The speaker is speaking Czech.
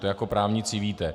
To jako právníci víte.